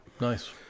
Nice